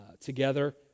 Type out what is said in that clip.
together